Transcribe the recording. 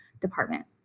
department